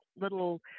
little